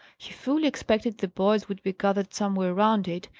he fully expected the boys would be gathered somewhere round it,